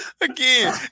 Again